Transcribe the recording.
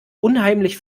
unheimlich